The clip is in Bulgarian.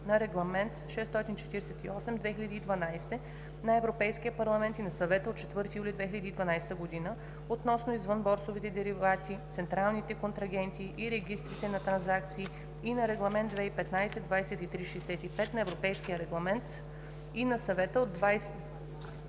на Регламент (ЕС) № 648/2012 на Европейския парламент и на Съвета от 4 юли 2012 г. относно извънборсовите деривати, централните контрагенти и регистрите на транзакции и на Регламент (ЕС) 2015/2365 на Европейския парламент и на Съвета от 25